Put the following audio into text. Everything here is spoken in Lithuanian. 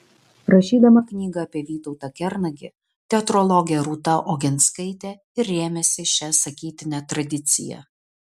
rašydama knygą apie vytautą kernagį teatrologė rūta oginskaitė ir rėmėsi šia sakytine tradicija